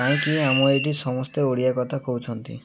କାହିଁକି ଆମ ଏଇଠି ସମସ୍ତେ ଓଡ଼ିଆ କଥା କହୁଛନ୍ତି